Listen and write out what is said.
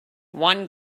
one